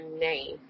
name